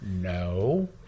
No